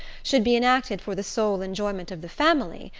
should be enacted for the sole enjoyment of the family,